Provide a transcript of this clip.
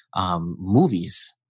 movies